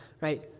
Right